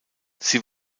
sie